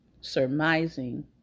surmising